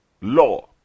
law